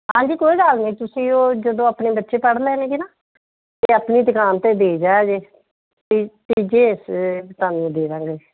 ਹਾਂਜੀ ਕੋਈ ਗੱਲ ਨੀ ਤੁਸੀਂ ਉਹ ਜਦੋਂ ਆਪਣੇ ਬੱਚੇ ਪੜ੍ਹ ਲੈਣਗੇ ਨਾ ਤਾਂ ਆਪਣੀ ਦੁਕਾਨ 'ਤੇ ਦੇ ਜਾਇਆ ਜੇ ਤੀ ਤੀਜੇ ਹਿੱਸੇ ਦੇ ਤਾਨੂੰ ਦੇ ਦੇਵਾਂਗੇ